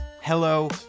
hello